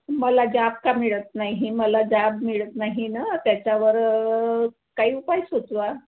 मला जाब का मिळत नाही मला जाब मिळत नाही न त्याच्यावर काही उपाय सुचवा